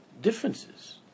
differences